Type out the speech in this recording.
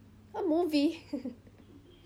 a movie